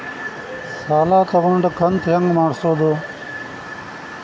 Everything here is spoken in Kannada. ಸಾಲ ತಗೊಂಡು ಕಂತ ಹೆಂಗ್ ಮಾಡ್ಸೋದು?